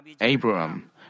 Abraham